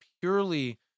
purely